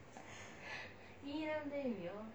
ya ya